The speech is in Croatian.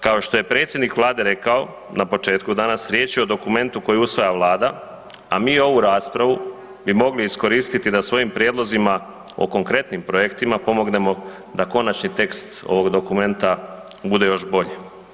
Kao što je predsjednik Vlade rekao na početku danas, riječ je o dokumentu koji usvaja Vlada, a mi ovu raspravu bi mogli iskoristiti da svojim prijedlozima o konkretnim projektima pomognemo da konačni tekst ovog dokumenta bude još bolji.